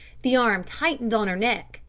the arm tightened on her neck.